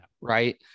right